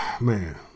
Man